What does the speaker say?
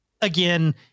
again